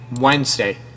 Wednesday